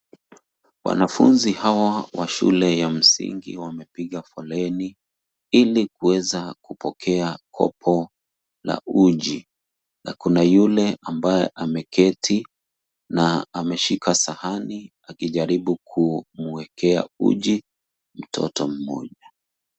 Wanafunzi hawa wa shule ya msingi wamepiga foleni ili kuweza kupokea kopo la uji na kuna yule ambaye ameketi na ameshika sahani akijaribu kumwekea uji mtoto mmoja.